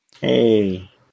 Hey